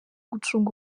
gucunga